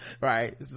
right